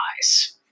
eyes